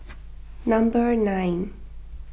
number nine